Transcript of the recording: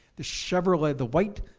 this chevrolet, the white,